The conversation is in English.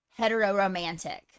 heteroromantic